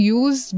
use